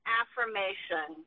affirmation